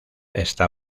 está